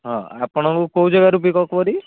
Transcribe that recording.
ହଁ ଆପଣଙ୍କୁ କେଉଁ ଜାଗାରୁ ପିକ୍ଅପ୍ କରିବି